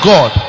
God